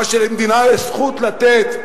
מה שלמדינה יש זכות לתת,